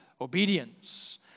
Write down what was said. obedience